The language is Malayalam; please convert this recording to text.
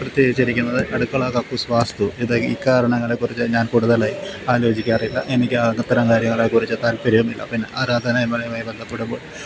പ്രത്യേകിച്ചിരിക്കുന്നത് അടുക്കള കക്കൂസ് വാസ്തു ഇത് ഇക്കാരണളെക്കുറിച്ച് ഞാൻ കൂടുതലായി ആലോചിക്കാറില്ല എനിക്ക് ആ അത്തരം കാര്യങ്ങളെക്കുറിച്ച് താൽപ്പര്യവും ഇല്ല പിന്നെ ആരാധനയുമായി ബന്ധപ്പെടുമ്പോൾ